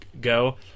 Go